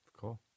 Cool